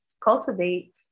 cultivate